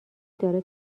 داره